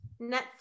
Netflix